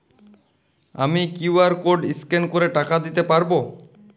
আমি QR code scan করে টাকা দিতে পারবো?